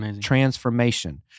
transformation